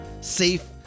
safe